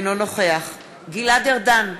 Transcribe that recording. אינו נוכח גלעד ארדן,